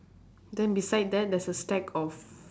then beside that there's a stack of